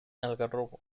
algarrobo